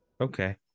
okay